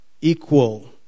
equal